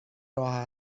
راه